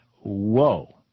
whoa